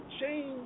change